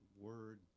word